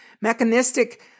mechanistic